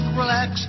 relax